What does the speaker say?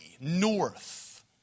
north